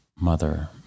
mother